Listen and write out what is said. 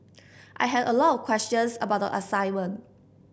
I had a lot of questions about the assignment